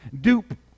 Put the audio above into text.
dupe